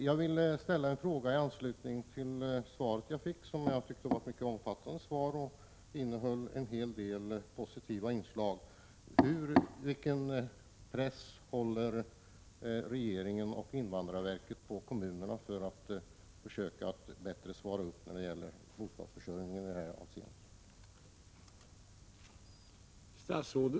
Jag vill ställa en fråga i anslutning till svaret, som jag tycker var mycket omfattande och innehöll en hel del positiva inslag: Vilken press håller regeringen och invandrarverket på kommunerna för att försöka få dem att bättre svara upp när det gäller bostadsförsörjningen i det här avseendet?